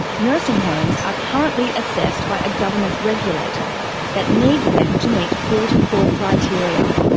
nursing homes are currently assessed by a government regulator that needs them to meet forty four criteria.